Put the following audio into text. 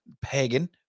pagan